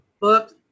book